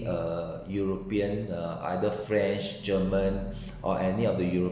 uh european uh either french german or any of the europ~